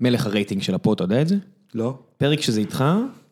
מלך הרייטינג של הפועל, אתה יודע את זה? לא. פרק שזה איתך.